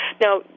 now